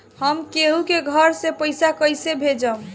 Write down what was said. हम केहु के घर से पैसा कैइसे भेजम?